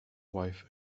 wife